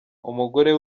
umugore